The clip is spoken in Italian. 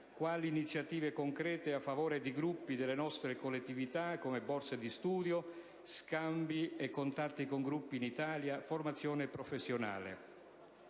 quali iniziative concrete a favore di gruppi delle nostre collettività, borse di studio, scambi e contatti con gruppi in Italia, formazione professionale.